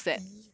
e